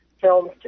films